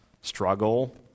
struggle